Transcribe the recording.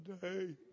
today